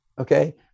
okay